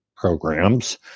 programs